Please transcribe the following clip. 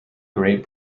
great